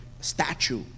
statue